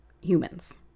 humans